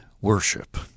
worship